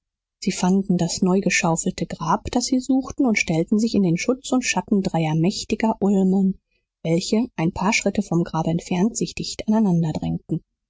sie fanden das neugeschaufelte grab das sie suchten und stellten sich in den schutz und schatten dreier mächtiger ulmen welche ein paar schritte vom grabe entfernt sich dicht aneinander drängten